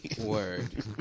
Word